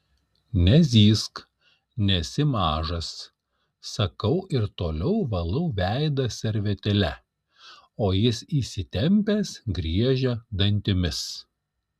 nezyzk nesi mažas sakau ir toliau valau veidą servetėle o jis įsitempęs griežia dantimis